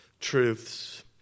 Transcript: truths